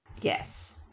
Yes